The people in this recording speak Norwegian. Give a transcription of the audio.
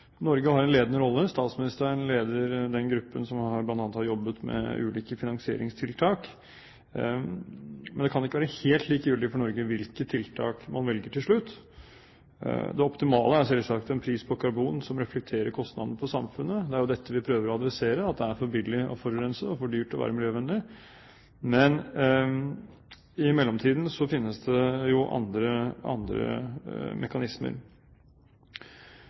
Norge har en ledende rolle, statsministeren leder den gruppen som bl.a. har jobbet med ulike finansieringstiltak. Men det kan ikke være helt likegyldig for Norge hvilke tiltak man velger til slutt. Det optimale er selvsagt en pris på karbon som reflekterer kostnaden for samfunnet. Det er jo dette vi prøver å adressere, at det er for billig å forurense og for dyrt å være miljøvennlig, men i mellomtiden finnes det jo andre mekanismer.